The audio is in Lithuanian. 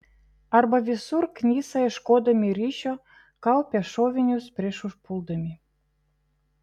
arba visur knisa ieškodami ryšio kaupia šovinius prieš užpuldami